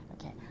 okay